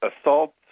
assault